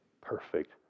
perfect